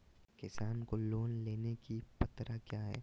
किसान को लोन लेने की पत्रा क्या है?